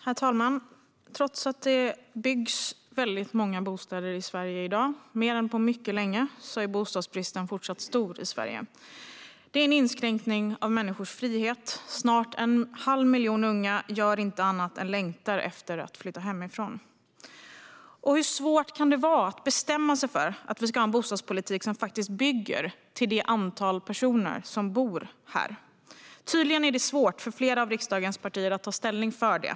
Herr talman! Trots att det byggs väldigt många bostäder i Sverige i dag, fler än på mycket länge, är bostadsbristen fortsatt stor. Det är en inskränkning av människors frihet. Snart en halv miljon unga gör inte annat än längtar efter att flytta hemifrån. Hur svårt kan det vara att bestämma sig för att vi ska ha en bostadspolitik som faktiskt bygger till det antal personer som bor här? Tydligen är det svårt för flera av riksdagens partier att ta ställning för det.